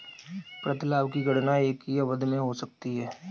प्रतिलाभ की गणना एक ही अवधि में हो सकती है